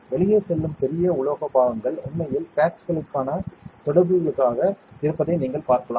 வெளியே செல்லும் பெரிய உலோக பாகங்கள் உண்மையில் பேட்களுக்கான தொடர்புகளுக்காக இருப்பதை நீங்கள் பார்க்கலாம்